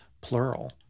plural